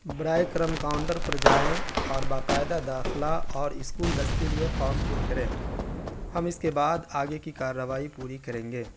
برائے کرم کاؤنٹر پر جائیں اور باقاعدہ داخلہ اور اسکول بس کے لیے فارم پر کریں ہم اس کے بعد آگے کی کاروائی پوری کریں گے